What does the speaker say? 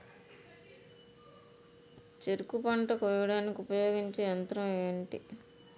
చెరుకు పంట కోయడానికి ఉపయోగించే యంత్రం ఎంటి?